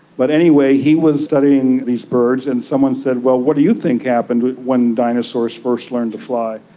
but anyway, he was studying these birds and someone said, well, what do you think happened when dinosaurs first learned to fly?